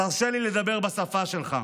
תרשה לי לדבר בשפה שלך,